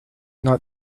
not